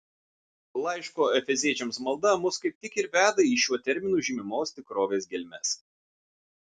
laiško efeziečiams malda mus kaip tik ir veda į šiuo terminu žymimos tikrovės gelmes